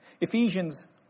Ephesians